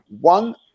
One